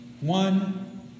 One